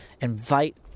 invite